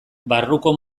barruko